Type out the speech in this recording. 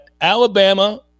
Alabama –